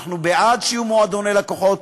אנחנו בעד שיהיו מועדוני לקוחות,